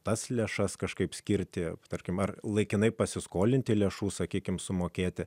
tas lėšas kažkaip skirti tarkim ar laikinai pasiskolinti lėšų sakykime sumokėti